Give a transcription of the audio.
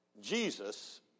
Jesus